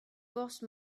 porzh